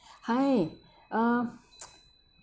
hi uh